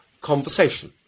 conversation